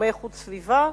בתחומי איכות סביבה.